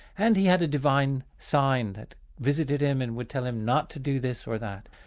and he had a divine sign that visited him and would tell him not to do this or that.